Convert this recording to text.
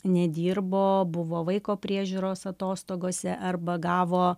nedirbo buvo vaiko priežiūros atostogose arba gavo